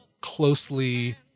closely